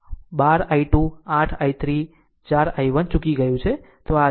12 I2 8 I3 4 I1 ચૂકી ગયું છે તે આ છે